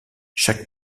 chaque